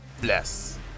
bless